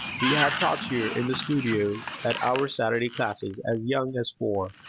we have tots here in the studio at our saturday classes as young as four.